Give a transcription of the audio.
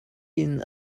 inn